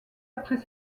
après